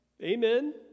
amen